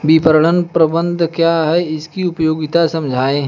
विपणन प्रबंधन क्या है इसकी उपयोगिता समझाइए?